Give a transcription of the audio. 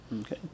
okay